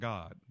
God